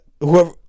Whoever